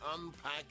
unpack